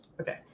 okay